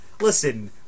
listen